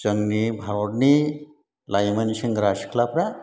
जोंनि भारतनि लाइमोन सेंग्रा सिख्लाफ्रा